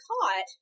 caught